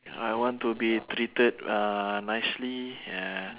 ya I want to be treated uh nicely and